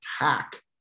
attack